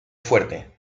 fuerte